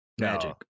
Magic